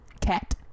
Cat